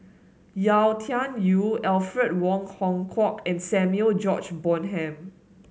Yau Tian Yau Alfred Wong Hong Kwok and Samuel George Bonham